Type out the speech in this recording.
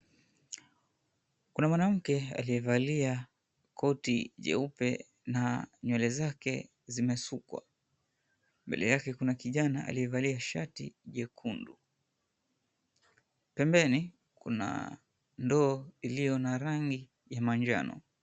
Kuna mwanamke aliyevalia koti jeupe na nywele zake zimesukwa. Mbele yake kuna kijana aliyevalia shati jekundu. Pembeni kuna ndoo iliyo na rangi ya manjano.